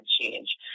change